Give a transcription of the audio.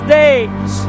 days